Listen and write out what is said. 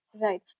Right